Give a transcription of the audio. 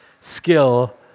skill